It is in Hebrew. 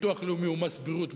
ביטוח לאומי ומס בריאות,